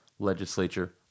Legislature